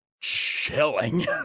chilling